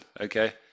Okay